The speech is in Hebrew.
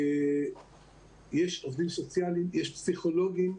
יש עובדים סוציאליים, יש פסיכולוגיים,